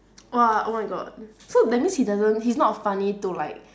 !wah! oh my god so that means he doesn't he's not funny to like